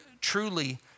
truly